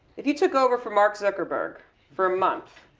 if you took over for mark zuckerberg for a month,